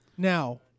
Now